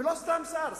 ולא סתם שר,